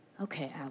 okay